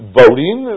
voting